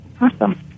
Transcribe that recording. Awesome